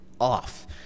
off